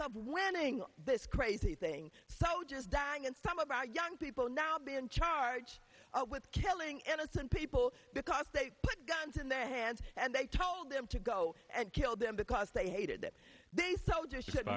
of winning all this crazy thing soldiers dying and some of our young people now been charged with killing innocent people because they put guns in their hands and they told them to go and kill them because they hated that they